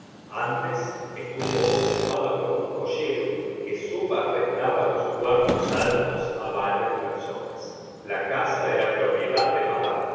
antes estuvo ocupada por un joyero que subarrendaba los cuartos altos a varias personas la casa era propiedad de madame